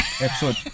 Episode